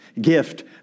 gift